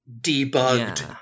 debugged